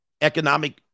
economic